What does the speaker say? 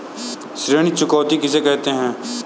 ऋण चुकौती किसे कहते हैं?